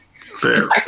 Fair